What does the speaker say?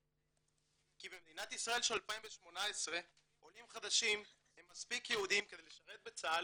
כי במדינת ישראל של 2018 עולים חדשים הם מספיק יהודים כדי לשרת בצה"ל,